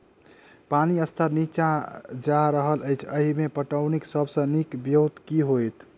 पानि स्तर नीचा जा रहल अछि, एहिमे पटौनीक सब सऽ नीक ब्योंत केँ होइत?